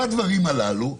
בדברים הללו,